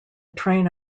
train